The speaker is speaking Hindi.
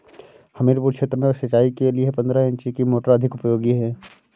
हमीरपुर क्षेत्र में सिंचाई के लिए पंद्रह इंची की मोटर अधिक उपयोगी है?